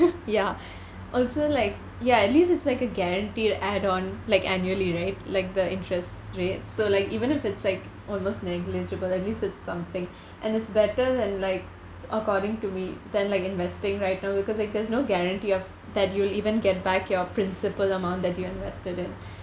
ya also like ya at least it's like a guaranteed add on like annually right like the interest rate so like even if it's like almost negligible at least it's something and it's better than like according to me than like investing right um because like there's no guarantee of that you'll even get back your principal amount that you invested in